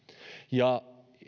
ja